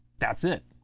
that's it.